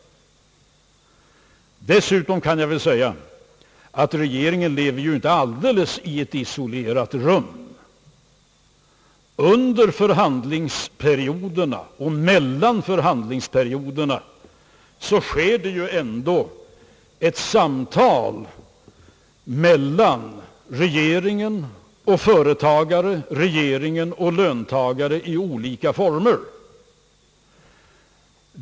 Dessutom kan jag väl säga, att regeringen ju inte lever alldeles i ett isolerat rum. Under och mellan förhandlingsperioderna förekommer ändå samtal i olika former mellan regeringen och företagare och mellan regeringen och löntagare.